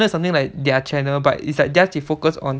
so it's something like their channel but it's theirs they focused on